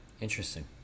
Interesting